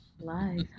Live